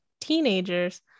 teenagers